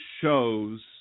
shows